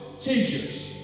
teachers